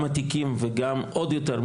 גם עתיקים וגם עוד יותר מזה,